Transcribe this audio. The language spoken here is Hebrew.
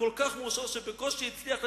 "כל כך מאושר שבקושי הצליח לדבר.